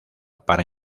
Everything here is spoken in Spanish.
para